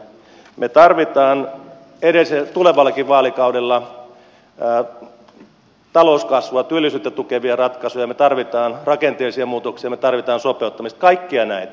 me tarvitsemme tulevallakin vaalikaudella talouskasvua työllisyyttä tukevia ratkaisuja me tarvitsemme rakenteellisia muutoksia me tarvitsemme sopeuttamista kaikkia näitä